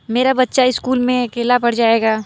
मेरा बच्चा स्कूल में अकेला पड़ जाएगा